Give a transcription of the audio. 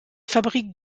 fabrique